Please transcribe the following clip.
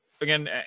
again